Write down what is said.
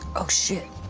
oh shit.